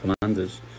Commanders